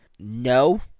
No